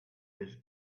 this